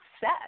set